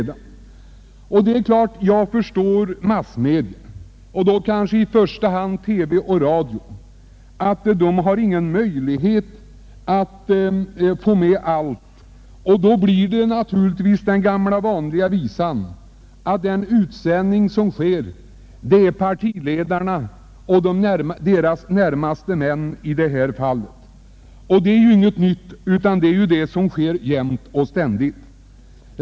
Jag förstår naturligtvis att massmedia — och då kanske i första hand TV och radio — inte har möjlighet att få med allt, och då blir det den gamla vanliga visan att det som sänds ut och publiceras är inläggen av partiledarna och deras närmaste män. Detta är alltså ingenting nytt — det är vad som sker jämt och ständigt.